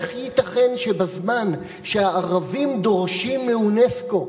איך ייתכן שבזמן שהערבים דורשים מאונסק"ו